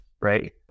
right